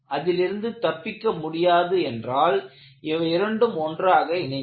அதிலிருந்து தப்பிக்க முடியாது என்றால் இவை இரண்டும் ஒன்றாக இணைந்தது